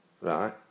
right